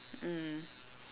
mm